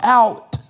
out